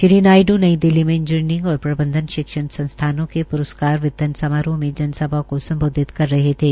श्री नायड् नई दिल्ली मे इंजीनियरिंग और प्रबंधन शिक्षण संस्थानों के प्रस्कार वितरण समारोह में जनसभा को सम्बोधित कर रहे थे